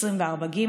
24ג,